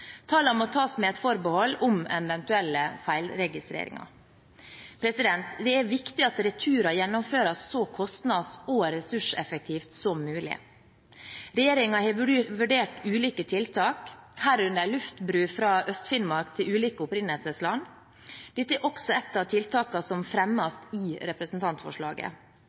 Tallene må tas med et forbehold om eventuelle feilregistreringer. Det er viktig at returer gjennomføres så kostnads- og ressurseffektivt som mulig. Regjeringen har vurdert ulike tiltak, herunder luftbro fra Øst-Finnmark til ulike opprinnelsesland. Dette er også et av tiltakene som fremmes i representantforslaget.